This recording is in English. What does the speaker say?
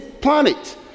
planet